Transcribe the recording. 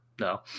No